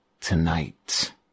tonight